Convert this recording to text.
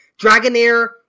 Dragonair